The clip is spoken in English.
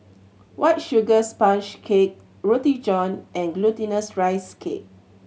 White Sugar Sponge Cake Roti John and Glutinous Rice Cake